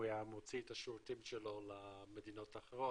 היה מוציא את השירותים שלו למדינות אחרות,